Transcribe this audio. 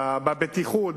בבטיחות,